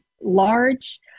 large